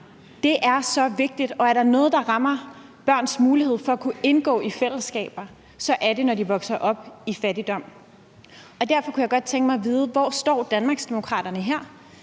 Det er så vigtigt. Er der noget, der rammer børns muligheder for at kunne indgå i fællesskaber, så er det, når de vokser op i fattigdom. Derfor kunne jeg godt tænke mig at vide, hvor Danmarksdemokraterne står